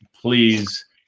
please